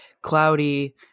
cloudy